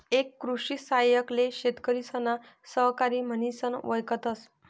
एक कृषि सहाय्यक ले शेतकरिसना सहकारी म्हनिस वयकतस